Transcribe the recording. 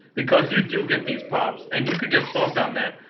because you do get these pops. and you could get smoked on that.